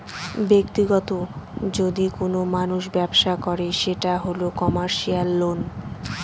ব্যাক্তিগত যদি কোনো মানুষ ব্যবসা করে সেটা হল কমার্সিয়াল লোন